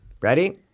Ready